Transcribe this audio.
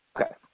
Okay